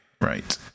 right